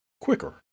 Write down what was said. quicker